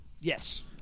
Yes